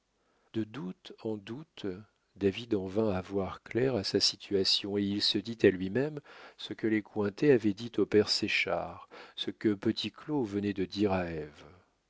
de doute en doute david en vint à voir clair à sa situation et il se dit à lui-même ce que les cointet avaient dit au père séchard ce que petit claud venait de dire